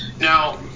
Now